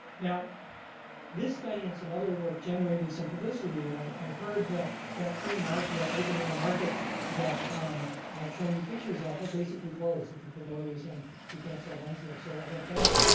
now this study and some other work generated some publicity. and i heard that that free market, that open air market that i've shown you pictures of, had basically closed. the promoter was saying you can't sell guns there. so i went back,